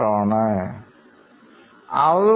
മുതിർന്ന പൌരന്മാരെ സഹായിക്കാൻ തീരുമാനിച്ചു